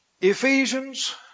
Ephesians